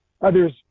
Others